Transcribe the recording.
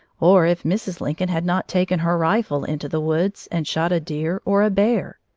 or if mrs. lincoln had not taken her rifle into the woods and shot a deer or a bear.